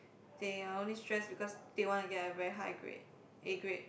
they are only stressed because they want to get a very high grade A grade